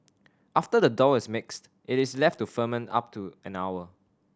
after the dough is mixed it is left to ferment up to an hour